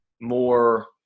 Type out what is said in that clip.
more